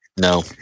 no